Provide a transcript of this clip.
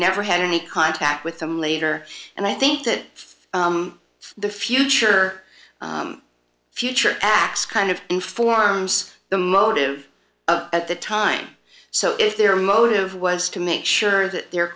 never had any contact with them later and i think that the future future acts kind of informs the motive at the time so if their motive was to make sure that their